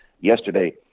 yesterday